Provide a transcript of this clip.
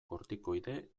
kortikoide